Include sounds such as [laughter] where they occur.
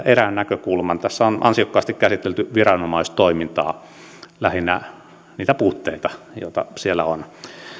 [unintelligible] erään näkökulman tässä on ansiokkaasti käsitelty viranomaistoimintaa lähinnä niitä puutteita joita siellä on